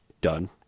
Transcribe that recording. done